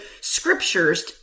scriptures